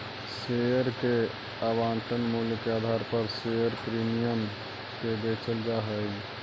share के आवंटन मूल्य के आधार पर शेयर प्रीमियम के बेचल जा हई